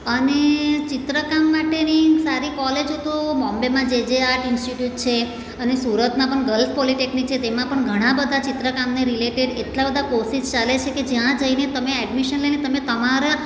અને ચિત્રકામ માટેની સારી કોલેજો તો બોમ્બેમાં જેજેઆર ઇન્સ્ટિટ્યૂટ છે અને સુરતમાં ગલ્સ પોલિટેકનિક છે તેમાં પણ ઘણાબધા ચિત્રકામને રિલેટેડ એટલા બધા કોર્સિસ ચાલે છે કે જ્યાં જઈને તમે એડમિશન લઈને તમે તમારા